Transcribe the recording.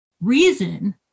reason